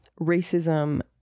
racism